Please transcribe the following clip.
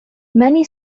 many